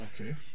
Okay